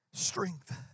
Strength